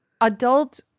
adult